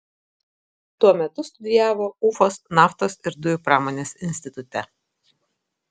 tuo metu studijavo ufos naftos ir dujų pramonės institute